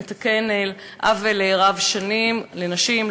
נתקן עוול רב-שנים לנשים,